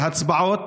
להצבעות,